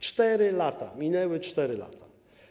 4 lata, minęły 4 lata.